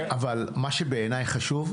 מה שבעיניי חשוב,